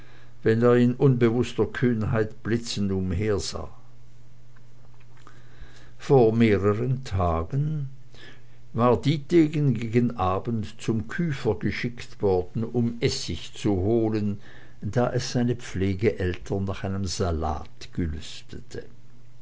wenn er in unbewußter kühnheit blitzend umhersah vor mehreren tagen nun war dietegen gegen abend zum küfer geschickt worden um essig zu holen da es seine pflegeeltern nach einem salat gelüstete